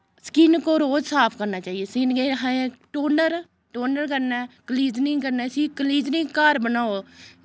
skin को रोज साफ करना चाहिए स्किन कि असें टोनर टोनर कन्नै क्लीजनिंग कन्नै इस्सी क्लीजनिंग घर बनाओ